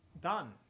Done